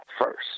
first